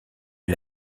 est